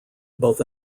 both